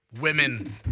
women